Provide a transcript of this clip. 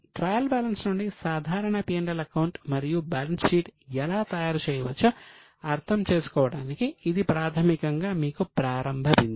trial balance నుండి సాధారణ P L account మరియు బ్యాలెన్స్ షీట్ ఎలా తయారు చేయవచ్చో అర్థం చేసుకోవడానికి ఇది ప్రాథమికంగా మీకు ప్రారంభ బిందువు